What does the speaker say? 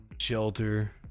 shelter